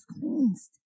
cleansed